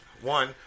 One